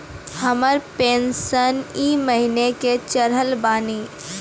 हमर पेंशन ई महीने के चढ़लऽ बानी?